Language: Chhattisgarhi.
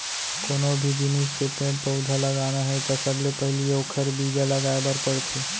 कोनो भी जिनिस के पेड़ पउधा लगाना हे त सबले पहिली ओखर बीजा लगाए बर परथे